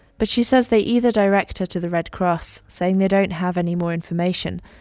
but she says they either direct her to the red cross, saying they don't have any more information,